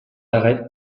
arêtes